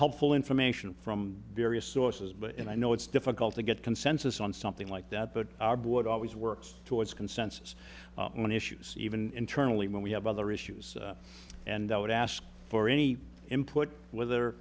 helpful information from various sources but i know it's difficult to get consensus on something like that but our board always works towards consensus on issues even turnley when we have other issues and i would ask for any input whether